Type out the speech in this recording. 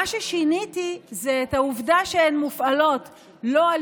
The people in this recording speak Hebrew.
מה ששיניתי זה את העובדה שהן מופעלות לא על